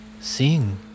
seeing